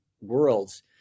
worlds